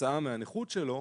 כתוצאה מהנכות שלו,